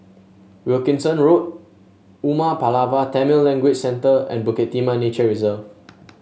Wilkinson Road Umar Pulavar Tamil Language Center and Bukit Timah Nature Reserve